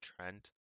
Trent